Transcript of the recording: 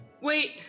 Wait